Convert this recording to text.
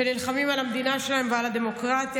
שנלחמים על המדינה שלהם ועל הדמוקרטיה.